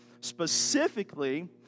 Specifically